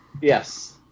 Yes